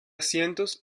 asientos